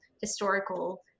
historical